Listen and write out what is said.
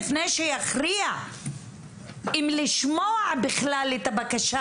לפני שיכריע אם לשמוע בכלל את הבקשה,